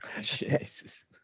Jesus